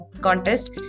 contest